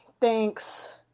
thanks